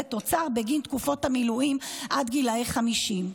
תוצר בגין תקופות המילואים עד גיל 50?